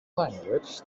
language